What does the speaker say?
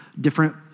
different